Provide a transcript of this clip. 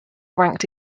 ranked